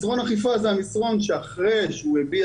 מסרון אכיפה זה המסרון שאחרי שהוא הביע